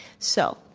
so,